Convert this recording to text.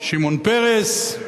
שמעון פרס,